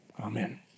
Amen